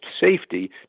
safety